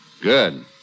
Good